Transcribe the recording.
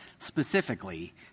specifically